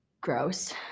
gross